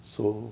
so